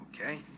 Okay